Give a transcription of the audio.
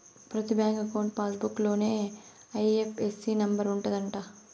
ప్రతి bank account passbook లోనే IFSC number ఉంటది అంట